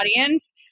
audience